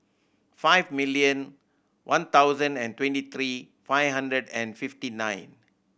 five million one thousand and twenty three five hundred and fifty nine